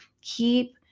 keep